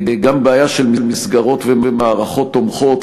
גם בעיה של מסגרות ומערכות תומכות.